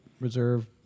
Reserve